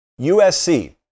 USC